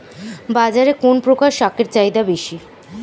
বাজারে কোন প্রকার শাকের চাহিদা বেশী?